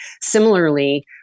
similarly